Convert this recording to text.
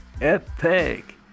epic